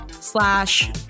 slash